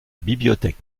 bibliothèque